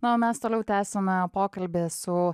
na o mes toliau tęsiame pokalbį su